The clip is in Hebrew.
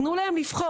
תנו להם לבחור.